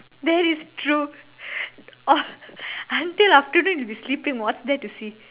that is true until afternoon you will be sleeping what is there to see